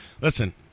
Listen